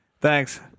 Thanks